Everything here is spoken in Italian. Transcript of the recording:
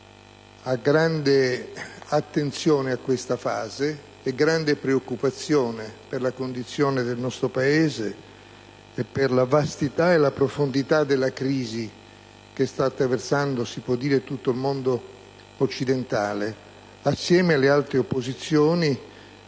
grande attenzione a questa fase e ha molta preoccupazione per la condizione del nostro Paese e per la vastità e la profondità della crisi che sta attraversando tutto il mondo occidentale. Assieme alle altre opposizioni